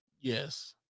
Yes